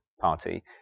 Party